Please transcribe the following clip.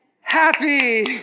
Happy